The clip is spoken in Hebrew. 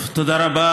תודה רבה.